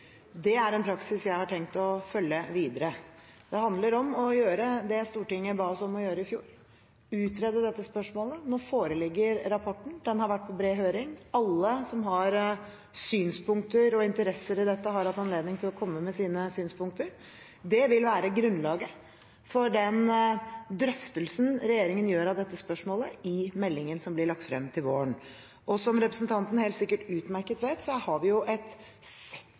Det er den praksis jeg har tenkt å følge videre. Det handler om å gjøre det Stortinget ba oss om å gjøre i fjor – utrede dette spørsmålet. Nå foreligger rapporten, den har vært på bred høring – alle som har synspunkter og interesser i dette, har hatt anledning til å komme med sine synspunkter. Det vil være grunnlaget for den drøftelsen regjeringen gjør av dette spørsmålet i meldingen som blir lagt frem til våren. Som representanten helt sikkert utmerket vet, har vi et